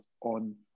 on